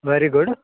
very good